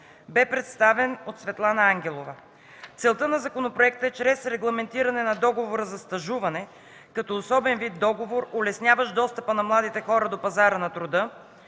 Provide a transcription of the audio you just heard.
представител Светлана Ангелова. Целта на законопроекта е чрез регламентиране на договора за стажуване, като особен вид договор, улесняващ достъпа на младите хора до пазара на труда,